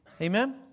Amen